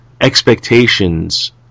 expectations